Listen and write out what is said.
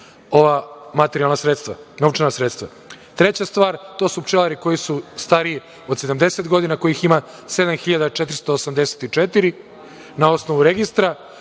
ova materijalna sredstva, novčana sredstva. Treća stvar, to su pčelari koji su stariji od sedamdeset godina kojih ima 7.484 na osnovu registra,